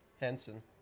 Hansen